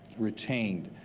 retained.